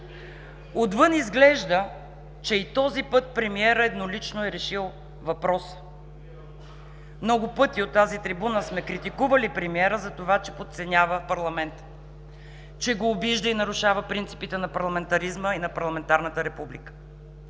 Отвън изглежда, че и този път премиерът еднолично е решил въпроса. Много пъти от тази трибуна сме критикували премиера за това, че подценява парламента, че го обижда и нарушава принципите на парламентаризма и на парламентарната република